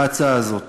בהצעה הזאת